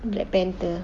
black panther